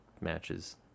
matches